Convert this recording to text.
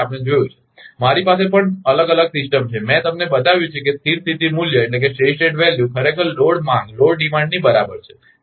આપણે જોયું છે મારી પાસે પણ અલગ સિસ્ટમ માટે છે મેં તમને બતાવ્યું છે કે સ્થિર સ્થિતી મૂલ્ય ખરેખર લોડ માંગની બરાબર છે